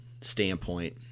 standpoint